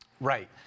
Right